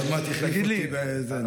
תגיד לי, מה זה משנה?